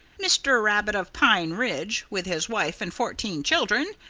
mr. rabbit, of pine ridge, with his wife and fourteen children,